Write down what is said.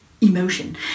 emotion